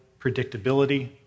predictability